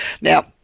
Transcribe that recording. Now